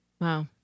Wow